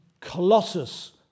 colossus